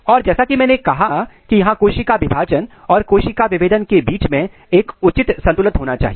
और जैसा कि मैंने कहा की यहां कोशिका विभाजन और कोशिका विभेदन के बीच में एक उचित संतुलन होना चाहिए